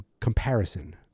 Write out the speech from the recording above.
comparison